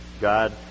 God